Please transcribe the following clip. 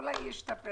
אולי זה ישתפר.